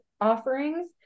offerings